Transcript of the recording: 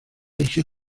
eisiau